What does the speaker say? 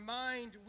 mind